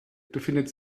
befindet